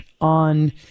on